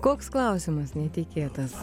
koks klausimas netikėtas